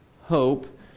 hope